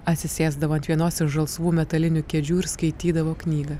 atsisėsdavo ant vienos iš žalsvų metalinių kėdžių ir skaitydavo knygą